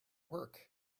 work